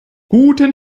guten